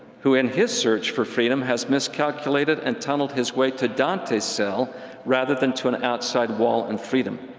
who in his search for freedom has miscalculated and tunneled his way to dantes' cell rather than to an outside wall and freedom.